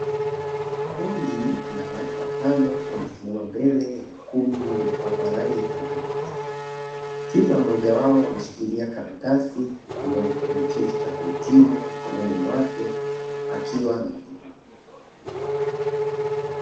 Kundi la watu watano wamesimama mbele ya ukumbi uliopakwa rangi ya kupendeza, kila mmoja wao ameshikilia karatasi ambayo ni cheti cha kuhitimu mikononi mwake akiwa na majivuno.